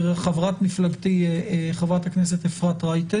חברת מפלגתי חברת הכנסת אפרת רייטו,